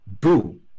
Boo